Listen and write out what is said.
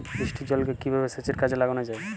বৃষ্টির জলকে কিভাবে সেচের কাজে লাগানো যায়?